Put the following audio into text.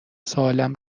سوالم